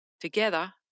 Together